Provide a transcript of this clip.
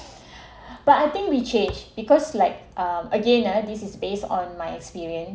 but I think we change because like uh again ah this is based on my experience